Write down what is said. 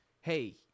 hey